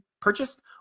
purchased